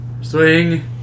swing